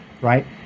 right